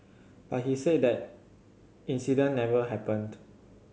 but he said that incident never happened